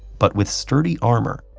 but with sturdy armor,